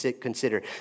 consider